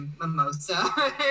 mimosa